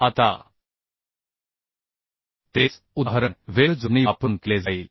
आता तेच उदाहरण वेल्ड जोडणी वापरून केले जाईल